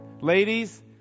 Ladies